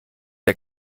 der